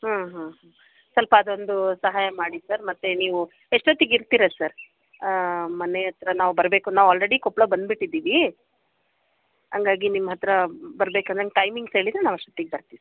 ಹಾಂ ಹಾಂ ಹಾಂ ಸ್ವಲ್ಪ ಅದೊಂದು ಸಹಾಯ ಮಾಡಿ ಸರ್ ಮತ್ತೆ ನೀವು ಎಸ್ಟೋತಿಗೆ ಇರ್ತೀರ ಸರ್ ಮನೆ ಹತ್ರ ನಾವು ಬರಬೇಕು ನಾವು ಆಲ್ರೆಡಿ ಕೊಪ್ಪಳ ಬಂದುಬಿಟ್ಟಿದ್ದೀವಿ ಹಂಗಾಗಿ ನಿಮ್ಮ ಹತ್ತಿರ ಬರಬೇಕು ನಂಗೆ ಟೈಮಿಂಗ್ಸ್ ಹೇಳಿದರೆ ನಾವು ಅಷ್ಟೊತ್ತಿಗೆ ಬರ್ತೀವಿ